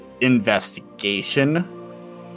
investigation